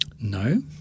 No